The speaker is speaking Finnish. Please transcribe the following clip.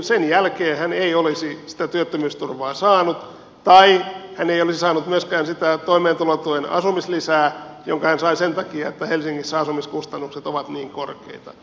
sen jälkeen hän ei olisi sitä työttömyysturvaa saanut tai hän ei olisi saanut myöskään sitä toimeentulotuen asumislisää jonka hän sai sen takia että helsingissä asumiskustannukset ovat niin korkeita